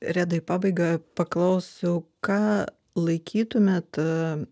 redai į pabaiga paklausiau ką laikytumėt